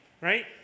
right